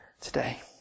today